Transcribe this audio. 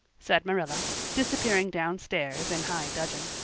said marilla, disappearing downstairs in high dudgeon.